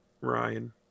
ryan